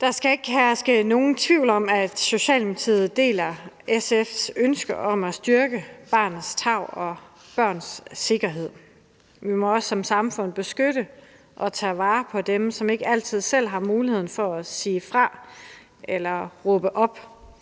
Der skal ikke herske nogen tvivl om, at Socialdemokratiet deler SF's ønske om at styrke barnets tarv og børns sikkerhed. Vi må som samfund beskytte og tage vare på dem, som ikke altid selv har mulighed for at sige fra eller råbe op,